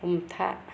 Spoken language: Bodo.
हमथा